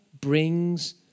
brings